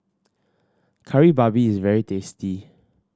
Kari Babi is very tasty